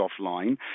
offline